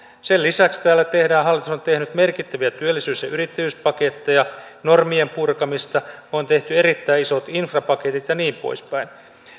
sen lisäksi hallitus on tehnyt merkittäviä työllisyys ja yrittäjyyspaketteja normien purkamista on tehty erittäin isot infrapaketit ja niin poispäin